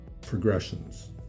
progressions